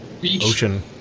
ocean